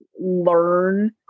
learn